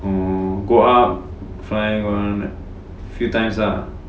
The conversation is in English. oh go up fly one few times ah